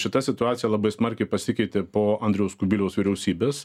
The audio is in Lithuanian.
šita situacija labai smarkiai pasikeitė po andriaus kubiliaus vyriausybės